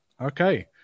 Okay